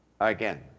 again